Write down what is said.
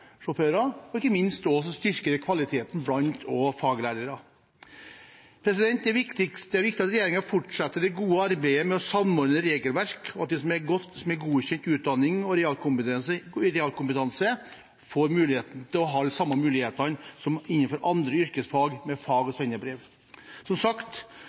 og ikke minst kvaliteten blant faglærerne. Det er viktig at regjeringen fortsetter det gode arbeidet med å samordne regelverk, og at de som har godkjent utdanning og realkompetanse, får de samme mulighetene som andre yrkesfag med fag- og svennebrev. Som sagt